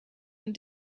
and